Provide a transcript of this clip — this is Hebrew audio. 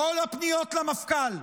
כל הפניות למפכ"ל,